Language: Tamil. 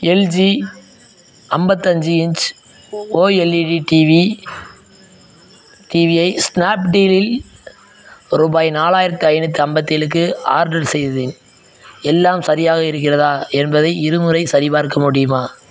எல்ஜி ஐம்பத்தஞ்சி இன்ச் ஓஎல்இடி டிவி டிவியை ஸ்னாப்டீலில் ரூபாய் நாலாயிரத்து ஐந்நூற்று ஐம்பத்தேலுக்கு ஆர்டர் செய்தேன் எல்லாம் சரியாக இருக்கிறதா என்பதை இருமுறை சரிபார்க்க முடியுமா